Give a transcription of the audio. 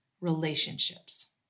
relationships